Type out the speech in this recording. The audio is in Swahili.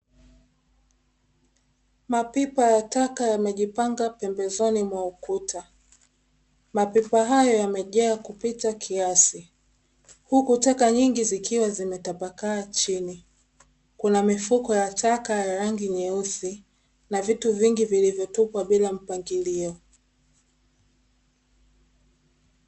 Mapipa ya taka yamejipanga pembezoni mwa ukuta, mapipa haya yamejaa kupita kiasi, huku taka nyingi zikiwa zimetapakaa chini. Kuna mifuko ya taka ya rangi nyeusi na vitu vingi vilivyotupwa bila mpangilio.